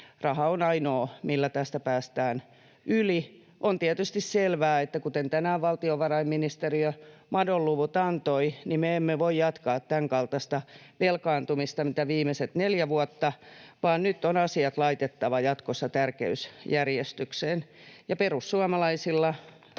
raha on ainoa, millä tästä päästään yli. On tietysti selvää, että kuten tänään valtiovarainministeriö madonluvut antoi, niin me emme voi jatkaa tämänkaltaista velkaantumista, mitä viimeiset neljä vuotta, vaan nyt on asiat laitettava jatkossa tärkeysjärjestykseen, ja perussuomalaisissa